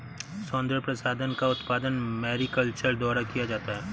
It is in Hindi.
सौन्दर्य प्रसाधन का उत्पादन मैरीकल्चर द्वारा किया जाता है